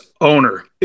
owner